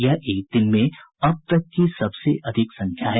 यह एक दिन में अब तक की सबसे अधिक संख्या है